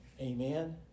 Amen